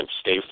stay